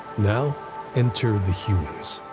now enter the humans.